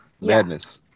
Madness